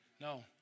No